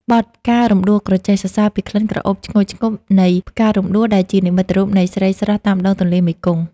បទ «ផ្ការំដួលក្រចេះ» សរសើរពីក្លិនក្រអូបឈ្ងុយឈ្ងប់នៃផ្ការំដួលដែលជានិមិត្តរូបនៃស្រីស្រស់តាមដងទន្លេមេគង្គ។